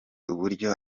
uburyo